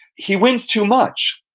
he wins too much.